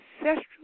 ancestral